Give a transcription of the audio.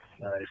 nice